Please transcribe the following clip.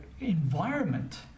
environment